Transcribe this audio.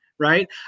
right